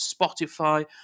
Spotify